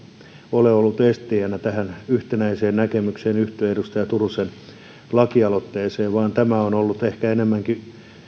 ole ollut esteenä tähän yhtenäiseen näkemykseen liittyen edustaja turusen lakialoitteeseen vaan tämä on ollut ehkä enemmänkin